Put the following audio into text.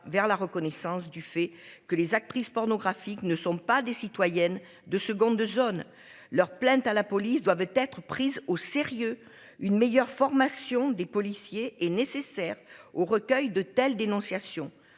vers la reconnaissance du fait que les actrices pornographiques ne sont pas des citoyennes de seconde zone leur plainte à la police doivent être prises au sérieux une meilleure formation des policiers et nécessaire au recueil de telles dénonciations